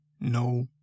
No